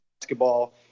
basketball